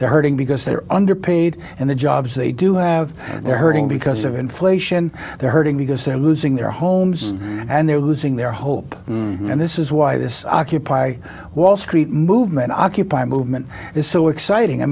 they're hurting because they're underpaid and the jobs they do have they're hurting because of inflation they're hurting because they're losing their homes and they're losing their hope and this is why this occupy wall street movement occupy movement is so exciting i